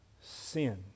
sin